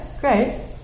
great